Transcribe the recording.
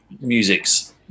Music's